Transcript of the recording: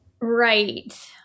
Right